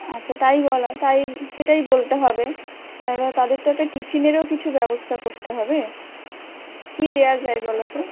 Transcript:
আচ্ছা তাই বলা তাই সেটাই বলতে হবে তাদের তো একটা টিফিনেরও কিছু ব্যবস্থা করতে হবে কী দেয়া যায় বলো তো